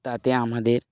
তাতে আমাদের